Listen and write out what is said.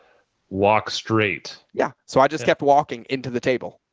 walk straight. yeah. so i just kept walking into the table.